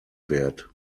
wert